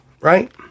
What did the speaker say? right